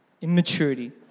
immaturity